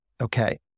okay